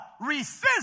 resist